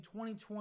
2020